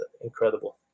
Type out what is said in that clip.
incredible